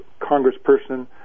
congressperson